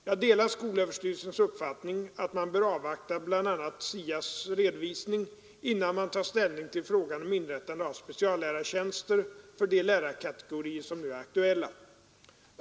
Jag delar skolöverstyrelsens uppfattning att man bör avvakta bl.a. SIA s redovisning innan man tar ställning till frågan om inrättande av speciallärartjänster för de lärarkategorier som nu är aktuella.